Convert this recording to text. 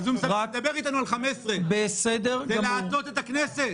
הוא מדבר איתנו על 2015. זה להטעות את הכנסת.